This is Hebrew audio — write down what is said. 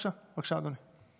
בבקשה, אדוני.